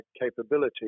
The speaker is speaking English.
capability